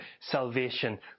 salvation